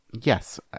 Yes